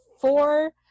four